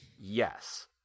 Yes